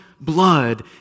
blood